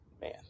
man